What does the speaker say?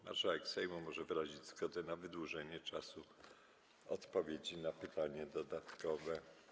Marszałek Sejmu może wyrazić zgodę na wydłużenie czasu odpowiedzi na pytanie dodatkowe.